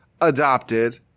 adopted